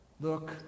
Look